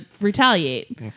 retaliate